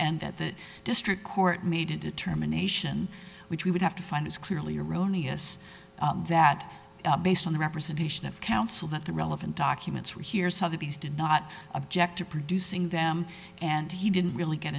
and that the district court made a determination which we would have to find is clearly erroneous that based on the representation of counsel that the relevant documents were here so that these did not object to producing them and he didn't really get